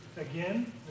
Again